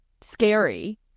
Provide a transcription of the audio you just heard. scary